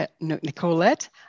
Nicolette